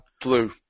blue